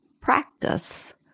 practice